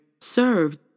served